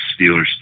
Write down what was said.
Steelers